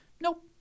Nope